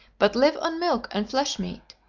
but live on milk and flesh-meat,